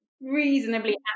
reasonably